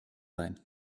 sein